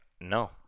no